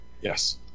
Yes